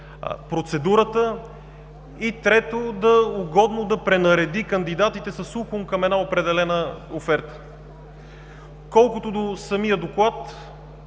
процедурата; и трето, угодно да пренареди кандидатите с уклон към една определена оферта. Колкото до самия Доклад,